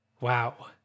wow